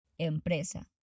Empresa